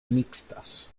mixtas